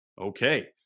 okay